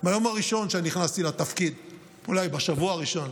ביום הראשון שנכנסתי לתפקיד, אולי בשבוע הראשון,